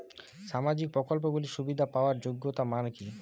সামাজিক প্রকল্পগুলি সুবিধা পাওয়ার যোগ্যতা মান কি?